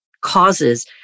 causes